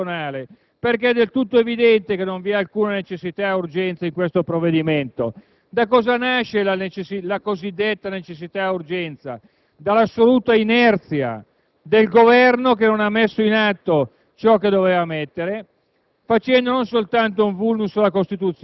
non soltanto inaccettabile, ma anche incostituzionale perché è del tutto evidente che non vi è alcuna necessità e urgenza di questo provvedimento. Le cosiddette necessità e urgenza nascono dall'assoluta inerzia del Governo che non ha messo in atto ciò che doveva